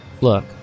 look